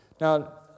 Now